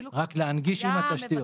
רק על להנגיש עם התשתיות.